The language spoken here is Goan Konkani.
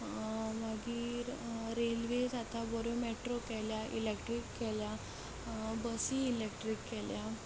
मागीर रेल्वे आतां बऱ्यो मेट्रो केल्या इलेक्ट्रीक केल्या बसी इलेक्ट्रीक केल्या